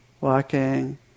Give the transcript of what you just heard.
walking